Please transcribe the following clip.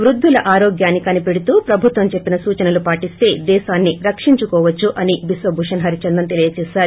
వృద్దుల అర్యోగాన్న కనిపెడుతూ ప్రభుత్వం చెప్పిన సూచనలు పాటిస్త దేశాన్ని రక్షించుకోవచ్చు అని బిశ్వభూషణ్ హరిచందన్ తెలియచేశారు